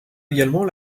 également